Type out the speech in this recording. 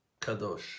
Kadosh